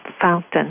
fountain